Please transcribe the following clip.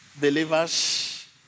believers